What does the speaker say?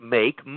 make